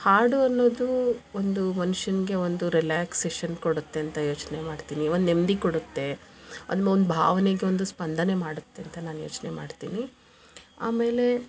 ಹಾಡು ಅನ್ನೋದು ಒಂದು ಮನುಷ್ಯನಿಗೆ ಒಂದು ರಿಲ್ಯಾಕ್ಸೇಷನ್ ಕೊಡುತ್ತೆ ಅಂತ ಯೋಚನೆ ಮಾಡ್ತೀನಿ ಒಂದು ನೆಮ್ಮದಿ ಕೊಡುತ್ತೆ ಅದು ಒಂದು ಭಾವನೆಗೊಂದು ಸ್ಪಂದನೆ ಮಾಡುತ್ತೆ ಅಂತ ನಾನು ಯೋಚನೆ ಮಾಡ್ತೀನಿ ಆಮೇಲೆ